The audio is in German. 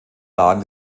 lagen